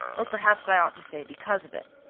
or perhaps i ought to say because of it.